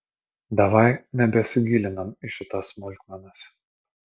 davai nebesigilinam į šitas smulkmenas